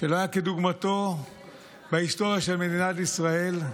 שלא היה כדוגמתו בהיסטוריה של מדינת ישראל,